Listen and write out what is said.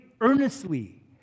earnestly